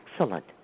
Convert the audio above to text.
excellent